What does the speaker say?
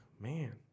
man